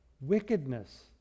wickedness